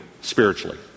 spiritually